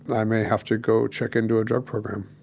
i may have to go check into a drug program